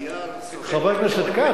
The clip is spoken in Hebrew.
הנייר --- חבר הכנסת כץ,